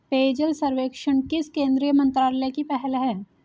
पेयजल सर्वेक्षण किस केंद्रीय मंत्रालय की पहल है?